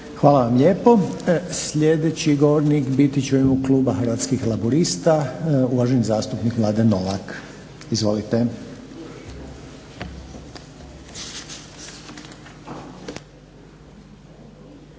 Hvala vam lijepo. Dalje sljedeći govornik biti će u ime Kluba hrvatskih laburista, uvaženi zastupnik Mladen Novak. Izvolite.